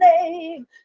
name